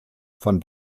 von